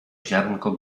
ziarnko